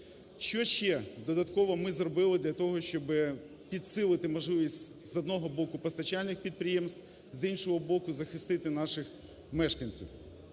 Що ще додатково ми зробили для того, щоб підсилити можливість, з одного боку, постачальних підприємств, з іншого боку, захистити наших мешканців?